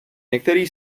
některý